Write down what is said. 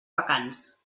vacants